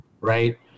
right